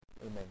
Amen